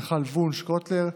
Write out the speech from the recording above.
מיכל קוטלר וונש,